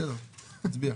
תצביע.